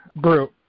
group